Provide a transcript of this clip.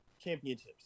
championships